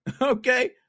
okay